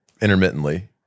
intermittently